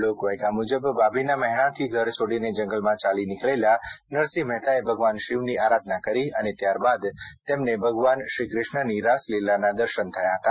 લોકવાયકા મુજબ ભાભીનાં મહેણાથી ઘર છોડીને જંગલમાં ચાલી નિકળેલા નરસિંહ મહેતાએ ભગવાન શિવની આરાધના કરી અને ત્યારબાદ તેમને ભગવાન શ્રીકૃષ્ણની રાસલીલાના દર્શન થયા હતા